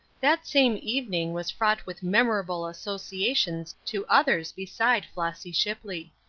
that same evening was fraught with memorable associations to others beside flossy shipley.